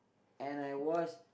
and I was